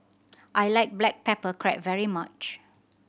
I like black pepper crab very much